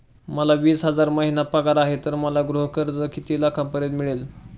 मला वीस हजार महिना पगार आहे तर मला गृह कर्ज किती लाखांपर्यंत मिळेल?